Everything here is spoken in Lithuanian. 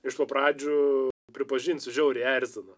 iš po pradžių pripažinsiu žiauriai erzina